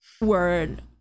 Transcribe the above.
Word